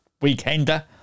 Weekender